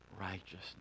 righteousness